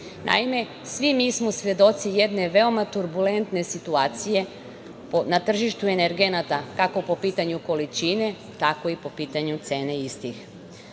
svi mi smo svedoci jedne veoma turbulentne situacije na tržištu energenata, kako po pitanju količine, tako i po pitanju cene istih.